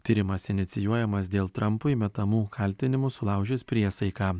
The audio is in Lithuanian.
tyrimas inicijuojamas dėl trampui metamų kaltinimų sulaužius priesaiką